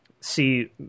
see